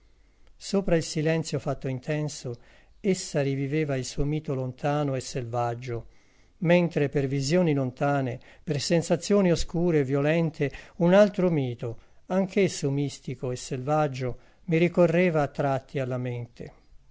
sopra il silenzio fatto intenso essa riviveva il suo mito lontano e selvaggio mentre per visioni lontane per sensazioni oscure e violente un altro mito anch'esso mistico e selvaggio mi ricorreva a tratti alla mente